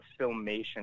filmation